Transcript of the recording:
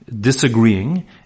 disagreeing